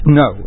no